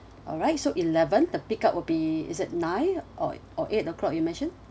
alright so eleven the pick up will be is it nine or or eight o'clock you mentioned